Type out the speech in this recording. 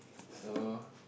so